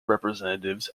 representatives